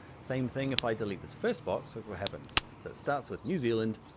same thing if i delete this first box, look what happens. so it starts with new zealand,